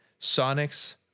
sonics